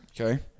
Okay